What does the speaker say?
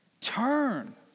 Turn